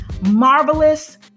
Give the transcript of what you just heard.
Marvelous